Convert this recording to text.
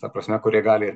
ta prasme kurie gali